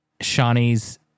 Shawnee's